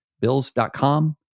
Bills.com